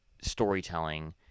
storytelling